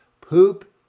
poop